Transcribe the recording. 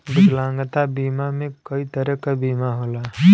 विकलांगता बीमा में कई तरे क बीमा होला